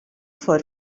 for